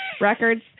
records